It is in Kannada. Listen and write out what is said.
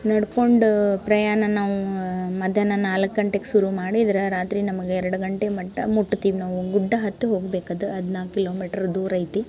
ನಡ್ಕೊಂಡು ಪ್ರಯಾಣ ನಾವು ಮಧ್ಯಾಹ್ನ ನಾಲ್ಕು ಗಂಟೆಗೆ ಶುರು ಮಾಡಿದ್ರೆ ರಾತ್ರಿ ನಮಗೆ ಎರಡು ಗಂಟೆಗೆ ಮಟ್ಟ ಮುಟ್ತೀವಿ ನಾವು ಗುಡ್ಡ ಹತ್ತಿ ಹೋಗ್ಬೇಕು ಅದು ಹದಿನಾಲ್ಕು ಕಿಲೋಮೀಟ್ರ್ ದೂರ ಐತಿ